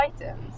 items